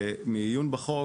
מעיון בחוק,